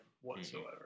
whatsoever